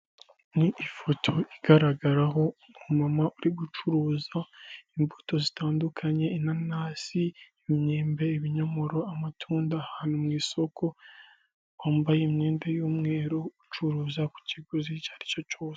Ni ifoto igaragaraho umumama uri gucuruza imbuto zitandukanye; inanasi, imyembe, ibinyomoro, amatunda, ahantu mu isoko; wambaye imyenda y'umweru, ucuruza ku kiguzi icyo aricyo cyose.